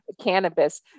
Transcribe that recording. cannabis